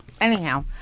anyhow